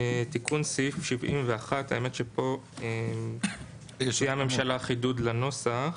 תיקון סעיף 71. פה הציעה הממשלה חידוד לנוסח,